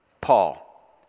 Paul